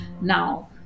now